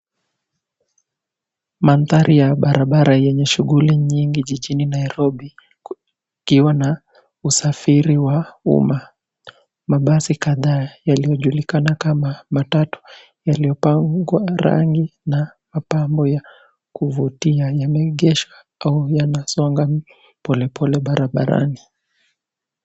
Mandhari ya barabara yenye shughuli nyingi jijini Nairobi, ikiwa na usafiri wa umma. Mabasi kadhaa yaliyojulikana kama matatu yaliyopakwa rangi na mapambo ya kuvutia yameegeshwa au yanasonga polepole barabarani.